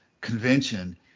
convention